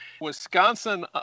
Wisconsin